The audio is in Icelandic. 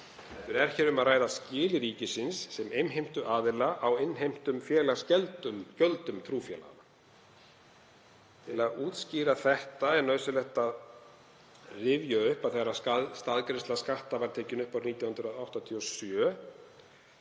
heldur er hér um að ræða skil ríkisins sem innheimtuaðila á innheimtum félagsgjöldum trúfélaga. Til að útskýra þetta er nauðsynlegt að rifja upp að þegar staðgreiðsla skatta var tekin upp árið 1987